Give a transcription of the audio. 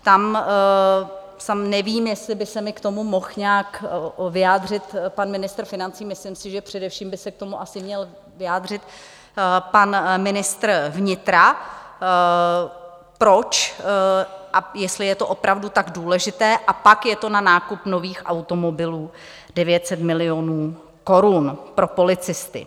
Tam nevím, jestli by se mi k tomu mohl nějak vyjádřit pan ministr financí, myslím si, že především by se k tomu asi měl vyjádřit pan ministr vnitra, proč a jestli je to opravdu tak důležité, a pak je to na nákup nových automobilů, 900 milionů korun pro policisty.